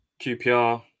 QPR